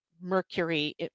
Mercury